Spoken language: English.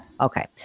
Okay